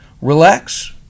relax